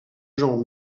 genre